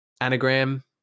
anagram